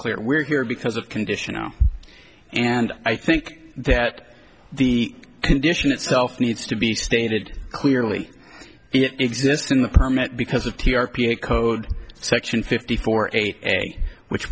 clear we're here because of condition and i think that the condition itself needs to be stated clearly it exists in the permit because of t r p a code section fifty four eight which